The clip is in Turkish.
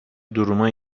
duruma